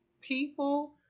people